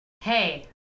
hey